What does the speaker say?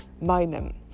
moment